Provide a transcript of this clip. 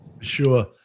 Sure